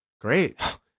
Great